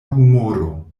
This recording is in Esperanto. humoro